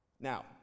Now